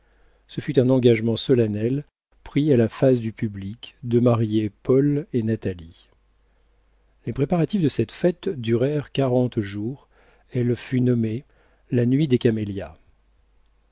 ce fut un engagement solennel pris à la face du public de marier paul et natalie les préparatifs de cette fête durèrent quarante jours elle fut nommée la nuit des camélias